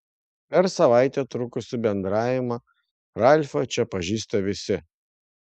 per savaitę trukusį bendravimą ralfą čia pažįsta visi